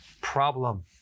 problem